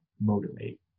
motivate